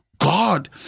God